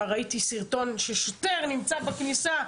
ראיתי סרטון ששוטר נמצא בכניסה,